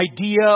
Idea